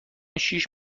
شیش